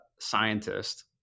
scientist